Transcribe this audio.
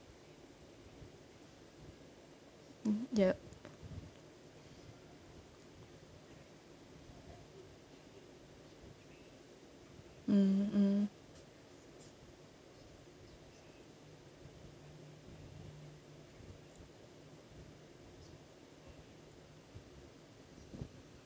mm yup mm mm